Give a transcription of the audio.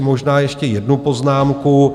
Možná ještě jednu poznámku.